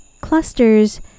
clusters